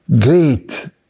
great